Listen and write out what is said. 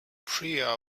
priya